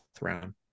round